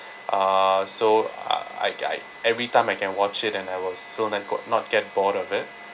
uh so uh I I every time I can watch it and I was so not get bored of it